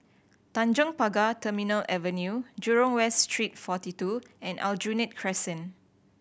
Tanjong Pagar Terminal Avenue Jurong West Street Forty Two and Aljunied Crescent